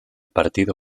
partido